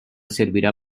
servirá